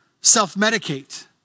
self-medicate